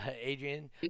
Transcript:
Adrian